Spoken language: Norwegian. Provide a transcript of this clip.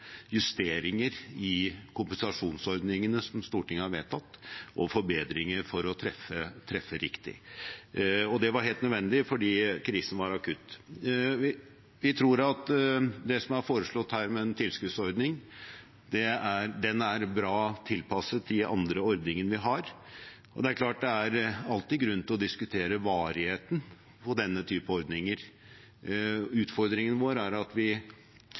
justeringer i kompensasjonsordningene som Stortinget har vedtatt, og forbedringer for å treffe riktig. Det var helt nødvendig fordi krisen var akutt. Vi tror at det som er foreslått her med en tilskuddsordning, er bra tilpasset de andre ordningene vi har. Det er klart at det er alltid grunn til å diskutere varigheten på denne typen ordninger. Utfordringen vår er at vi